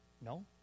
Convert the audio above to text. No